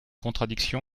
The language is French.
contradiction